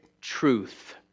truth